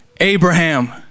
Abraham